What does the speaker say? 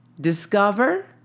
discover